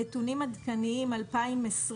נתונים עדכניים 2020,